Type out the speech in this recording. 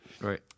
right